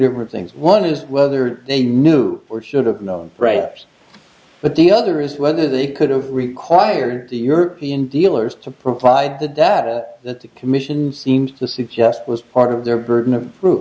different things one is whether they knew or should have known but the other is whether they could have required the european dealers to provide the data that the commission seemed to suggest was part of their burden of proof